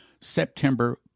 September